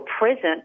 present